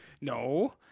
No